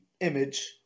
image